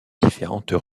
différentes